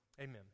Amen